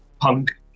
punk